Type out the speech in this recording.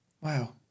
Wow